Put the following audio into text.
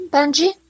Benji